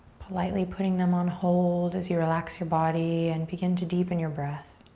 politely putting them on hold as you relax your body and begin to deepen your breath.